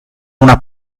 una